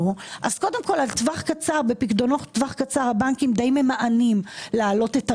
קודם כל בפיקדונות בטווח קצר הבנקים די ממאנים להעלות את הריבית,